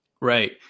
Right